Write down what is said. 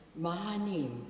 Mahanim